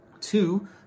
Two